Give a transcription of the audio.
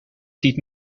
ziet